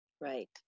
right